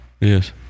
Yes